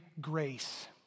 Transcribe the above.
grace